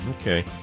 okay